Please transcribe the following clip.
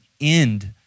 end